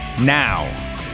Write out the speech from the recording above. now